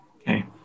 okay